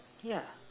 yeah